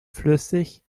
flüssig